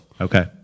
Okay